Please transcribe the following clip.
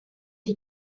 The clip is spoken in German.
die